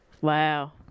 Wow